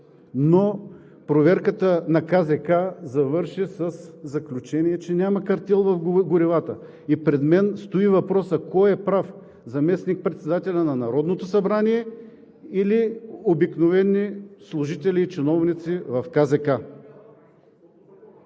но проверката на КЗК завърши със заключение, че няма картел в горивата. Пред мен стои въпросът: кой е прав – заместник-председателят на Народното събрание или обикновените служители и чиновници в КЗК?